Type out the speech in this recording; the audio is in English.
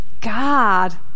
God